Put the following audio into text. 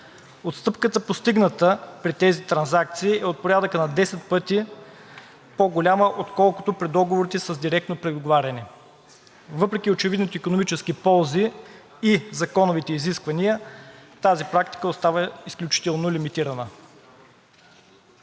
Отстъпката, постигната при тези трансакции, е от порядъка на 10 пъти по-голяма, отколкото при договорите с директно преговаряне. Въпреки очевидните икономически ползи и законовите изисквания тази практика остава изключително лимитирана.